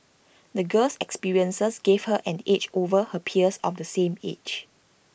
the gir's experiences gave her an edge over her peers of the same age